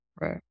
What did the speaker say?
Right